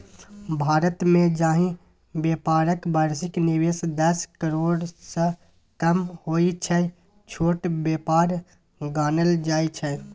भारतमे जाहि बेपारक बार्षिक निबेश दस करोड़सँ कम होइ छै छोट बेपार गानल जाइ छै